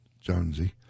Jonesy